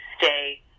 stay